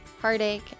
heartache